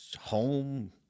home